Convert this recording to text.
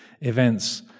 events